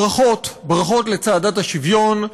ברכות: ברכות על צעדת השוויון,